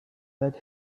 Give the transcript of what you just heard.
that